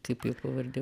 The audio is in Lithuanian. kaip jo pavardė